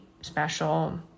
special